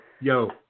yo